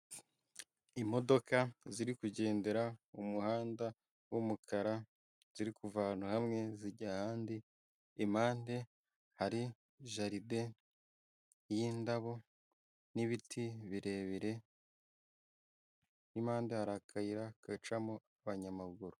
Imodoka ziri kugendera mu muhanda w'umukara ziri kuva ahantu hamwe zijya ahandi, impande hari jaride y'indabo n'ibiti birebire n'impande hari akayira gacamo abanyamaguru.